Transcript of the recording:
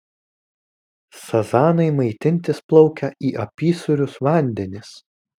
sazanai maitintis plaukia į apysūrius vandenis